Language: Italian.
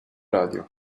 radio